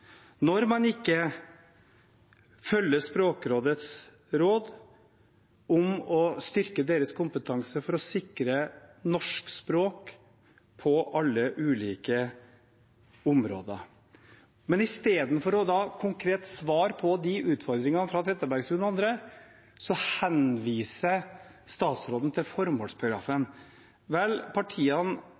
man ikke følger Språkrådets råd om å styrke deres kompetanse for å sikre norsk språk på alle ulike områder – henviser til formålsparagrafen. Vel, i komiteen klarer partiene Høyre og Kristelig Folkeparti på side 10 i innstillingen å svare på de utfordringene ved å si at vel,